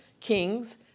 Kings